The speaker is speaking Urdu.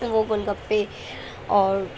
وہ گول گپے اور